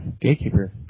Gatekeeper